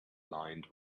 lined